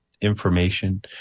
information